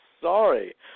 sorry